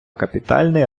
капітальний